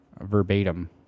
verbatim